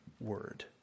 word